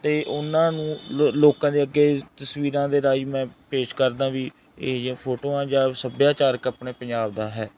ਅਤੇ ਉਹਨਾਂ ਨੂੰ ਲੋਕਾਂ ਲੋਕਾਂ ਦੇ ਅੱਗੇ ਤਸਵੀਰਾਂ ਦੇ ਰਾਹੀਂ ਮੈਂ ਪੇਸ਼ ਕਰਦਾ ਵੀ ਇਹੋ ਜਿਹੀਆਂ ਫੋਟੋਆਂ ਜਾਂ ਸੱਭਿਆਚਾਰ ਆਪਣੇ ਪੰਜਾਬ ਦਾ ਹੈ